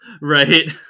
right